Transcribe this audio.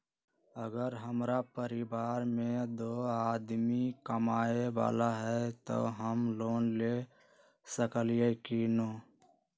अगर हमरा परिवार में दो आदमी कमाये वाला है त हम लोन ले सकेली की न?